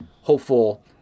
hopeful